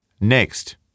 Next